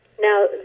Now